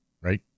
Right